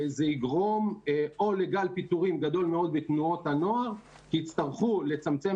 זה יגרום לגל פיטורים גדול מאוד בתנועות הנוער כי יצטרכו לצמצם